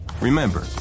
Remember